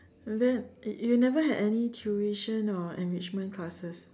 then you never had any tuition or enrichment classes